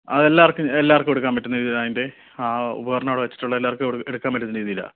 അത് എല്ലാവർക്കും എല്ലാവർക്കും എടുക്കാൻ പറ്റുന്ന രീതിയിലാണ് അതിൻ്റെ ആ ഉപകരണം അവിടെ വെച്ചിട്ടുള്ളത് എല്ലാവർക്കും എടു എടുക്കാൻ പറ്റുന്ന രീതിയിലാണ്